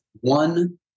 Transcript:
one